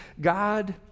God